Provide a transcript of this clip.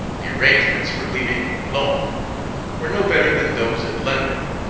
the arrangements for leaving boulogne were no better than those at london.